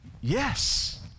yes